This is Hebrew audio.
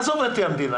עזוב המדינה.